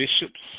bishops